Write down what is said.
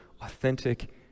authentic